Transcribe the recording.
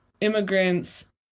immigrants